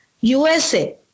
USA